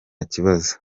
kibazo